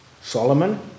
Solomon